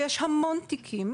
ויש המון תיקים.